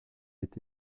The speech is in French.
est